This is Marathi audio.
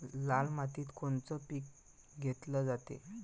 लाल मातीत कोनचं पीक घेतलं जाते?